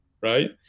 right